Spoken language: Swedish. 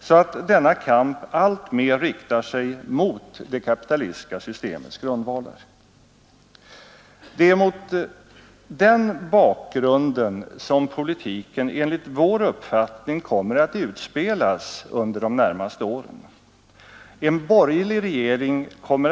Eftersom ni båda två tog upp den frågan skall jag säga att på den punkten har jag för min del följt en konsekvent linje som jag valde redan som kyrkominister.